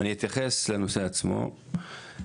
אני אתייחס לנושא עצמו,